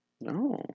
No